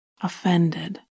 offended